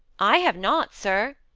i have not, sir,